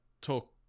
talk